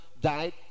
died